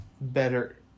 better